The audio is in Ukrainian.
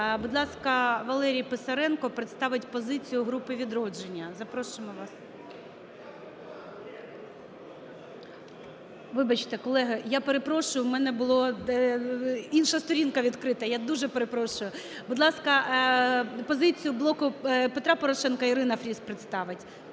Будь ласка, Валерій Писаренко представить позицію групи "Відродження". Запрошуємо вас. Вибачте, колеги, я перепрошую, у мене була інша сторінка відкрита. Я дуже перепрошую. Будь ласка, позицію "Блоку Петра Порошенка" Ірина Фріз представить.